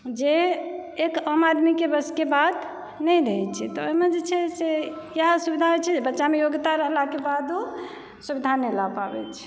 जे एक आम आदमीकेँ बसके बात नहि रहै छै तऽ ओहिमे जे छै इएह असुविधा छै बच्चामे योग्यता रहलाकेँ बादो सुविधा नहि लए पाबै छै